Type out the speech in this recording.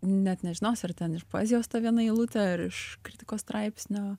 net nežinosi ar ten iš poezijos ta viena eilutė ar iš kritiko straipsnio